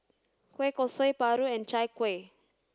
Kueh Kosui Paru and Chai Kueh